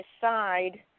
decide